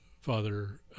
Father